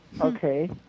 Okay